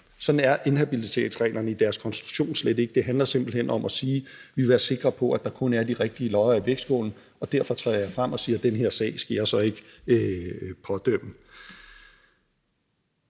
Sådan er inhabilitetsreglerne i deres konstruktion slet ikke – det handler simpelt hen om at sige: Vi vil være sikre på, at der kun er de rigtige lodder i vægtskålen. Derfor træder jeg frem og siger, at den her sag skal jeg så ikke pådømme.